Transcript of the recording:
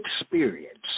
experience